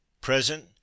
present